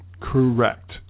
Correct